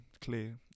clear